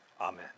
Amen